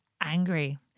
angry